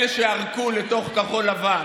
אלה שערקו לתוך כחול לבן,